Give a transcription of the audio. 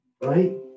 right